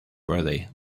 worthy